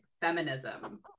feminism